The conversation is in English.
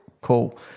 Cool